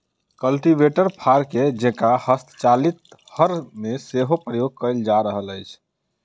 cultivator फार के जेंका हस्तचालित हर मे सेहो प्रयोग कयल जा रहल अछि